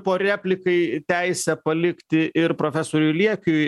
po replikai teisę palikti ir profesoriui liekiui